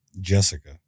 Jessica